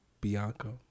Bianca